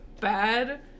bad